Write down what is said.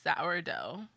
sourdough